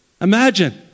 Imagine